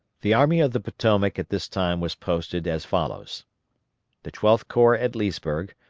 the army of the potomac at this time was posted as follows the twelfth corps at leesburg,